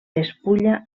despulla